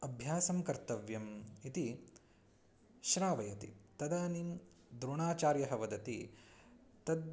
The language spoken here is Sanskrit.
अभ्यासं कर्तव्यम् इति श्रावयति तदानीं द्रोणाचार्यः वदति तद्